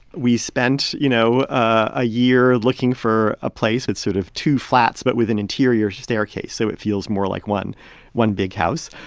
we spent, you know, a year looking for a place with sort of two flats but with an interior staircase, so it feels more like one one big house.